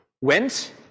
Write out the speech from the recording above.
went